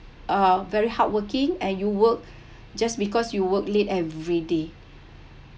uh very hardworking and you work just because you work late everyday